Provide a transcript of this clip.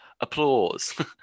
applause